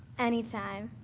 any time.